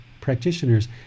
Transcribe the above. practitioners